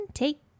take